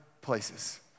places